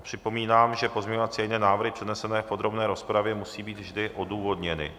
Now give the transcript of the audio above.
Připomínám, že pozměňovací a jiné návrhy přednesené v podrobné rozpravě musí být vždy odůvodněny.